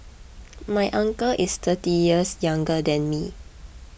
my uncle is thirty years younger than me